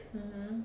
um hmm